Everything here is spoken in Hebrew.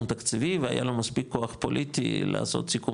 תקציבי והיה לו מספיק כוח פוליטי לעשות סיכום